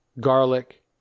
garlic